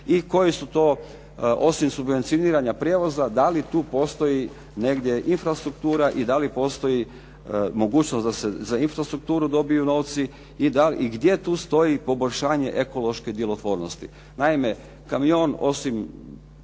i koji su to osim subvencioniranja prijevoza, da li tu postoji negdje infrastruktura i da li postoji mogućnost da se za infrastrukturu dobiju novci i gdje tu stoji poboljšanje ekološke djelotvornosti.